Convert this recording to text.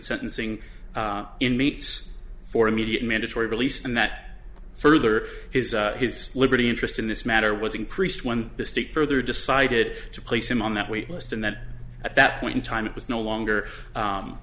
sentencing inmates for immediate mandatory release and that further his his liberty interest in this matter was increased when the state further decided to place him on that wait list and that at that point in time it was no longer